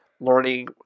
learning